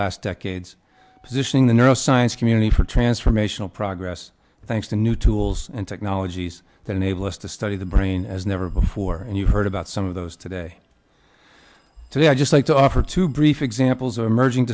last decades positioning the neuroscience community for transformational progress thanks to new tools and technologies that enable us to study the brain as never before and you've heard about some of those today today i just like to offer two brief examples of emerging